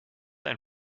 ein